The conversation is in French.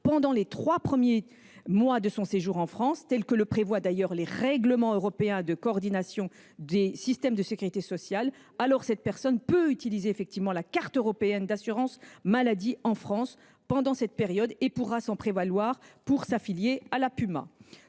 pendant les trois premiers mois de son séjour en France. C’est ce que prévoient d’ailleurs les règlements européens de coordination des systèmes de sécurité sociale. Cette personne peut alors utiliser la carte européenne d’assurance maladie en France pendant cette période et s’en prévaloir pour s’affilier à la PUMa.